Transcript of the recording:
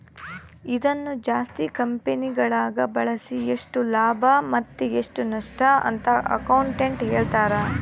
ಇದನ್ನು ಜಾಸ್ತಿ ಕಂಪೆನಿಗಳಗ ಬಳಸಿ ಎಷ್ಟು ಲಾಭ ಮತ್ತೆ ಎಷ್ಟು ನಷ್ಟಅಂತ ಅಕೌಂಟೆಟ್ಟ್ ಹೇಳ್ತಾರ